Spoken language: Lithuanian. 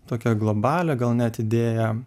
tokią globalią gal net idėją